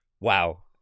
wow